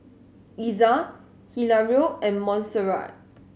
Iza Hilario and Montserrat